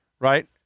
Right